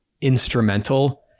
instrumental